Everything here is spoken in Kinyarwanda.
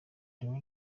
rero